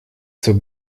zur